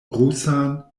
rusan